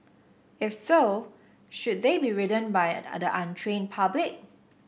if so should they be ridden by the untrained public